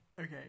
Okay